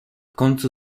końcu